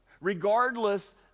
regardless